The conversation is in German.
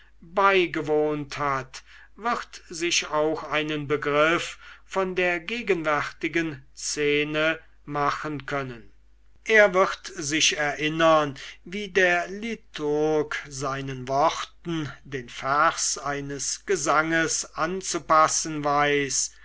beigewohnt hat wird sich auch einen begriff von der gegenwärtigen szene machen können er wird sich erinnern wie der liturg seinen worten den vers eines gesanges anzupassen weiß